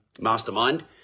mastermind